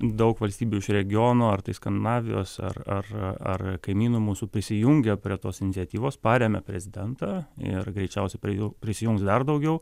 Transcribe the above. daug valstybių iš regiono ar tai skandinavijos ar ar ar kaimynų mūsų prisijungė prie tos iniciatyvos parėmė prezidentą ir greičiausiai prie jų prisijungs dar daugiau